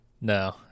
No